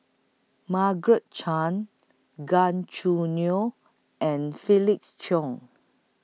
Margaret Chan Gan Choo Neo and Felix Cheong